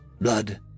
Blood